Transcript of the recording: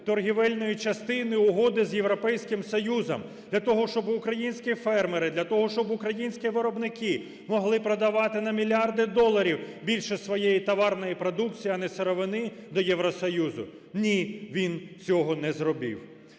торгівельної частини угоди з Європейським Союзом для того, щоб українські фермери, для того, щоб українські виробники могли продавати на мільярди доларів більше своєї товарної продукції, а не сировини до Євросоюзу? Ні, він цього не зробив.